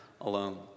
alone